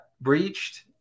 breached